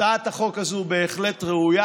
הצעת החוק הזו בהחלט ראויה.